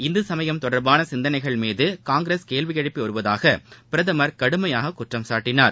இந்து சமயம் தொடர்பான சிந்தனைகள்மீது காங்கிரஸ் கேள்வி எழுப்பி வருவதாக பிரதமர் கடுமையாக குற்றம் சாட்டினார்